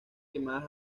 quemadas